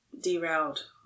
derailed